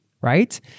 right